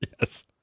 Yes